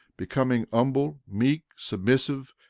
becoming humble, meek, submissive,